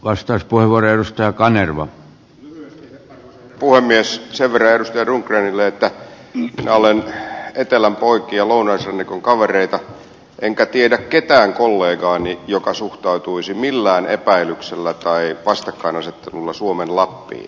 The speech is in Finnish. lyhyesti arvoisa puhemies sen verran edustaja rundgrenille että minä olen etelän poikia lounaisrannikon kavereita enkä tiedä ketään kollegaani joka suhtautuisi millään epäilyksellä tai vastakkainasettelulla suomen lappiin